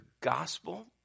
gospel